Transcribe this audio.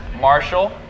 Marshall